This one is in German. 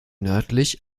nördlich